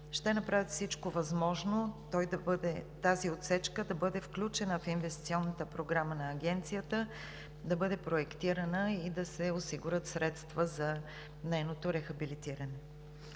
ще направят всичко възможно тази отсечка да бъде включена в инвестиционната програма на Агенцията, да бъде проектирана и да се осигурят средства за нейното рехабилитиране.